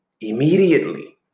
immediately